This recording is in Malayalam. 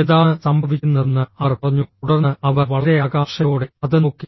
എന്താണ് സംഭവിക്കുന്നതെന്ന് അവർ പറഞ്ഞു തുടർന്ന് അവർ വളരെ ആകാംക്ഷയോടെ അത് നോക്കി